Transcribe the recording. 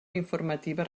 informativa